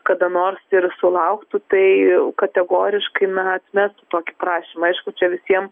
kada nors ir sulauktų tai kategoriškai na atmestų tokį prašymą aišku čia visiem